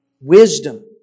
wisdom